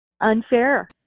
unfair